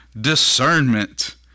discernment